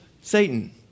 Satan